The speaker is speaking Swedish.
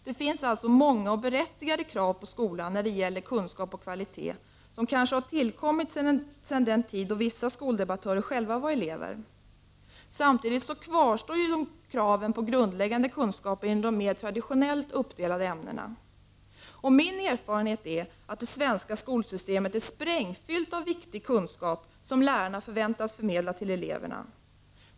Det finns alltså många och berättigade krav på skolan när det gäller kunskap och kvalitet som kanske har tillkommit sedan den tid då vissa skoldebattörer själva var elever. Samtidigt kvarstår kraven på grundläggande kunskaper inom de mer traditionellt uppdelade ämnena. Min erfarenhet är att det svenska skolsystemet är sprängfyllt av viktig kunskap som lärarna förväntas förniedla till eleverna.